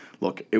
look